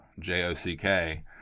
J-O-C-K